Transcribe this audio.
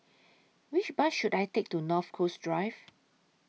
Which Bus should I Take to North Coast Drive